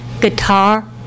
Guitar